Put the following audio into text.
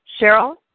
Cheryl